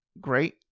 Great